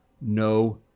no